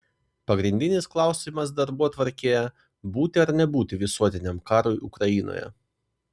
pagrindinis klausimas darbotvarkėje būti ar nebūti visuotiniam karui ukrainoje